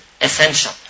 essential